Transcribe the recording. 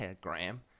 Graham